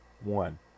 One